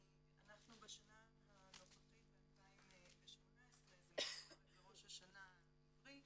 אנחנו בשנה הנוכחית 2018, --- ראש השנה העברית,